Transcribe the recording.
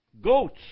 goats